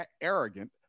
arrogant